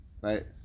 right